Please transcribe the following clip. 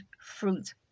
fruit